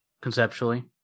conceptually